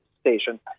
station